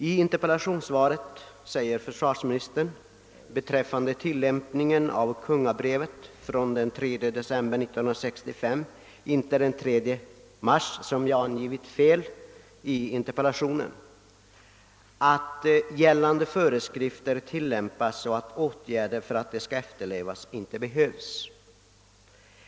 I interpellationssva ret säger försvarsministern beträffande tillämpningen av Kungl. Maj:ts föreskrifter av den 3 december 1965 — inte den 3 mars 1965 som jag felaktigt har angivit i interpellationen — att gällande föreskrifter tillämpas så att åtgärder för att de skall efterlevas inte behövs.